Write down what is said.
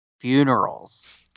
funerals